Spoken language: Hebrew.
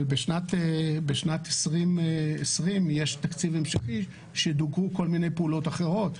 אבל בשנת 2020 יש תקציב המשכי שדוכאו כל מיני פעולות אחרות.